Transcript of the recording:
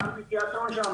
ואמפי תיאטרון שם,